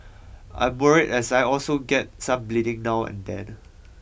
I am worried as I also get some bleeding now and then